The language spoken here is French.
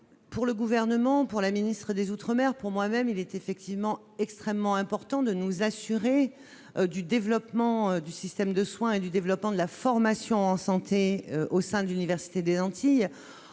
pour le gouvernement, pour la ministre des Outre-mer pour moi-même, il est effectivement extrêmement important de nous assurer du développement du système de soins et du développement de la formation en santé au sein de l'université des Antilles